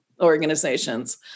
organizations